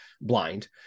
blind